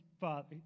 father